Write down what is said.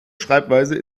schreibweise